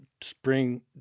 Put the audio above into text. spring